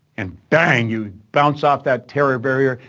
and bang, you bounce off that terror barrier,